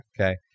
okay